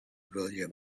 william